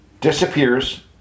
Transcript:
disappears